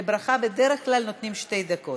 לברכה בדרך כלל נותנים שתי דקות,